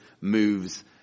moves